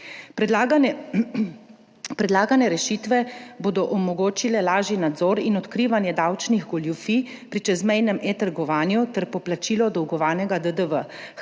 Predlagane rešitve bodo omogočile lažji nadzor in odkrivanje davčnih goljufij pri čezmejnem e-trgovanju ter poplačilo dolgovanega DDV.